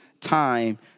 time